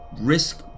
risk